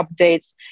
updates